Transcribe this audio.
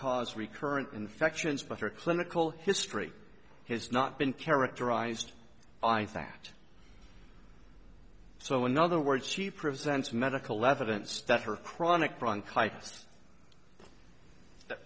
cause recurrent infections but her clinical history has not been characterized by that so in other words she prevents medical evidence that her chronic bronchitis that